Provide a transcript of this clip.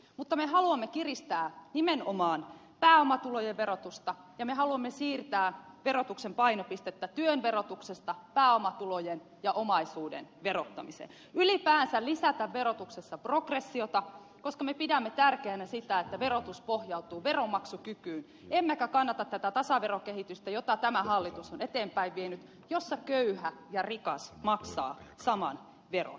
mutta me haluamme kiristää nimenomaan pääomatulojen verotusta ja me haluamme siirtää verotuksen painopistettä työn verotuksesta pääomatulojen ja omaisuuden verottamiseen ylipäänsä lisätä verotuksessa progressiota koska me pidämme tärkeänä sitä että verotus pohjautuu veronmaksukykyyn emmekä kannata tasaverokehitystä jota tämä hallitus on eteenpäin vienyt jossa köyhä ja rikas maksaa saman veron